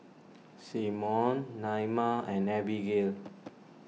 Symone Naima and Abigail